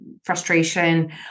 frustration